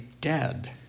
dead